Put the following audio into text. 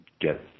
get